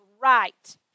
right